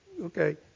Okay